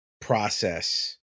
process